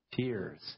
tears